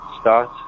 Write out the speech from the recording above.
start